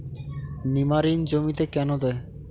নিমারিন জমিতে কেন দেয়?